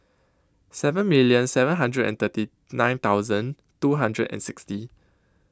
seven million seven hundred and thirty nine thousand two hundred and sixty